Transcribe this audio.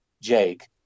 Jake